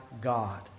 God